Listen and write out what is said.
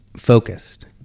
focused